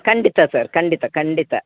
ಖಂಡಿತ ಸರ್ ಖಂಡಿತ ಖಂಡಿತ